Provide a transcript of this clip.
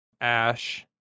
Ash